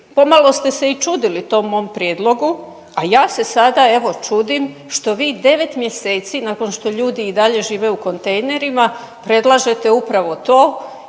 malo ste se i čudili tom mom prijedlogu, a ja se sada evo čudim što vi 9 mjeseci nakon što ljudi i dalje žive u kontejnerima predlažete upravo to